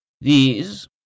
These